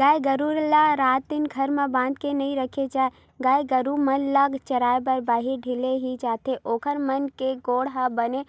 गाय गरु ल रात दिन घर म बांध के नइ रखे जाय गाय गरुवा मन ल चराए बर बाहिर ढिले ही जाथे ओखर मन के गोड़ ह बने